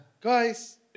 Guys